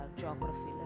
geography